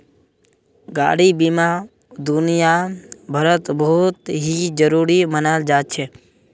गाडी बीमा दुनियाभरत बहुत ही जरूरी मनाल जा छे